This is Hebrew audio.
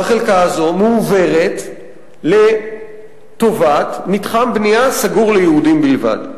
והחלקה הזאת מועברת לטובת מתחם בנייה סגור ליהודים בלבד.